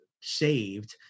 saved